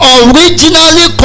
originally